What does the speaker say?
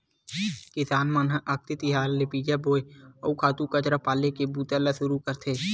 किसान मन ह अक्ति तिहार ले बीजा बोए, अउ खातू कचरा पाले के बूता ल सुरू करथे